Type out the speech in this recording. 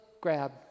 grab